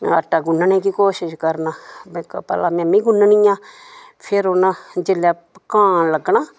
आटा गुनने दी कोशिश करना कि भला में मी गुननी आं फिर उ'नें जेल्लै पकान लगना